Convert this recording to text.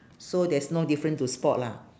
so there's no different to spot lah